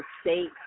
state